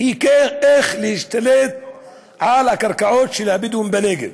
היא איך להשתלט על הקרקעות של הבדואים בנגב.